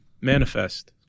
Manifest